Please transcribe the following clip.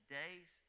days